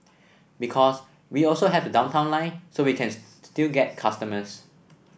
because we also have the Downtown Line so we can still get customers